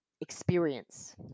experience